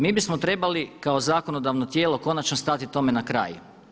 Mi bismo trebali kao zakonodavno tijelo konačno stati tome na kraj.